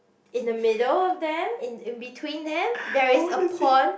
in the middle of them in in between them there is a pond